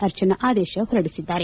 ಅರ್ಚನಾ ಆದೇಶ ಹೊರಡಿಸಿದ್ದಾರೆ